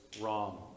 wrong